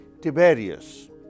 Tiberius